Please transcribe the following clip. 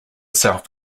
self